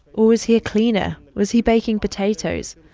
or was he a cleaner? was he baking potatoes?